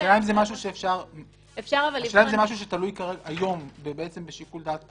השאלה אם זה משהו שתלוי היום בשיקול דעת